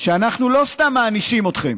אנחנו לא סתם מענישים אתכם: